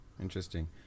interesting